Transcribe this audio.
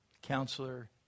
counselor